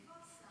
איפה השר?